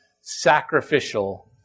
sacrificial